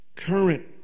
Current